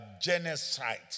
genocide